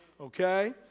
Okay